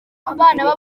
abana